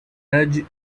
nudge